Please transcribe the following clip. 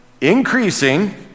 increasing